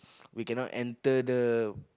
we cannot enter the